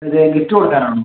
ഇത് ഗിഫ്റ്റ് കൊടുക്കാൻ ആണോ